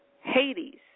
Hades